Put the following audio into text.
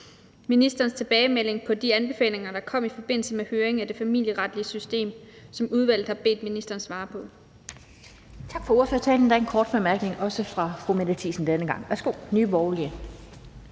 ministerens tilbagemelding på de anbefalinger, som kom i forbindelse med høringen af det familieretlige system, og som udvalget har bedt ministeren svare på.